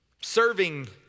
Serving